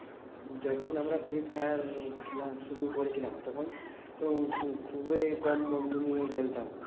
যখন আমরা Free Fire খেলা শুরু করেছিলাম তখন খুবই কম বন্ধু নিয়ে খেলতাম